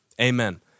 Amen